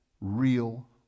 real